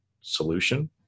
solution